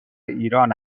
ایران